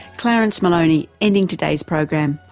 clarence maloney ending today's program.